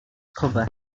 cover